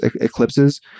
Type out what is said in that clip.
eclipses